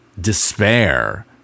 despair